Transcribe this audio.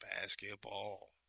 basketball